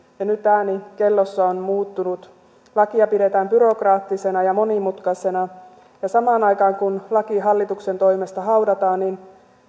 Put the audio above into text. ja nyt ääni kellossa on muuttunut lakia pidetään byrokraattisena ja monimutkaisena ja samaan aikaan kun laki hallituksen toimesta haudataan